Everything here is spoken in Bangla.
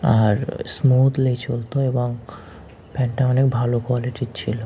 আর স্মুতলি চলতো এবং ফ্যানটা অনেক ভালো কোয়ালিটির ছিলো